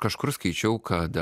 kur skaičiau kad